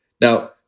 Now